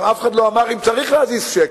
גם אף אחד לא אמר אם צריך להזיז שקל.